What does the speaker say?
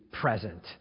present